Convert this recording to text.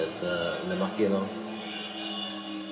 have uh in the market lor